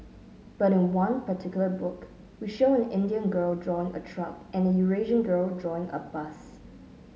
but in one particular book we show an Indian girl drawing a truck and Eurasian girl drawing a bus